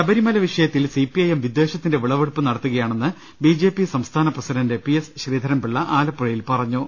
ശബരിമല വിഷയത്തിൽ സിപിഐഎം വിദ്വേഷത്തിന്റെ വിളവെടുപ്പ് നടത്തുകയാണെന്ന് ബിജെപി സംസ്ഥാന പ്രസിഡന്റ് പിഎസ് ശ്രീധരൻപിള്ള ആലപ്പുഴയിൽ പറഞ്ഞു